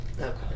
Okay